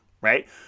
Right